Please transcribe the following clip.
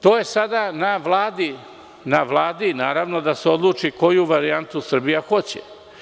To je sada na Vladi, naravno, da se odluči koju varijantu Srbija hoće.